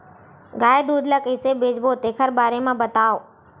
गाय दूध ल कइसे बेचबो तेखर बारे में बताओ?